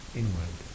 inward